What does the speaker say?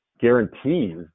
guarantees